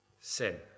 sin